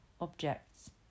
objects